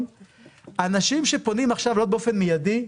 האנשים שפונים עכשיו לעלות באופן מיידי,